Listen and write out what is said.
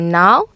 now